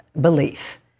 belief